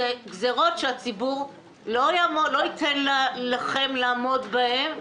אלה גזרות שהציבור לא ייתן לכם לעמוד בהן,